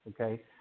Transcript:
okay